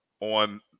on